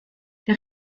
der